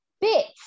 Bits